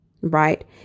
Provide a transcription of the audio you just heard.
right